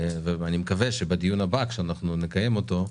אני מקווה שבדיון הבא, כשנקיים אותו,